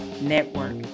network